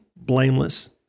blameless